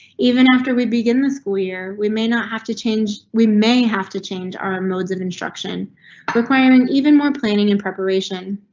even after we begin the school year, we may not have to change. we may have to change our modes of instruction requirement, even more planning and preparation.